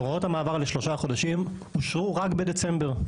הוראות המעבר לשלושה חודשים אושרו רק בדצמבר,